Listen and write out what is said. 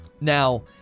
Now